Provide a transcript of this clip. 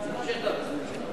תמשיך לדבר.